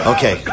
Okay